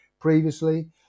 previously